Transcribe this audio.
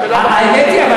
האמת היא,